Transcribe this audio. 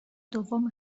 دوم